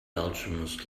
alchemist